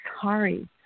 sorry